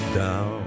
down